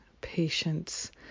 patience